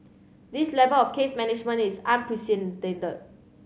this level of case management is unprecedented